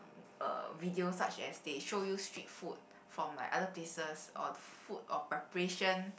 uh videos such as they show you street food from like other places or the food of preparation